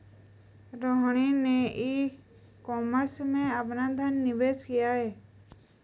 रोहिणी ने e commerce में अपना धन निवेश किया